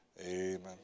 Amen